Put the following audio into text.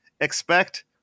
expect